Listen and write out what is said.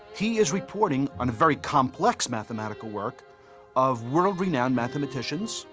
he is reporting on a very complex mathematical work of world renowned mathematicians.